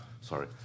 sorry